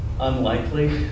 unlikely